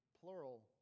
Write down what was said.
plural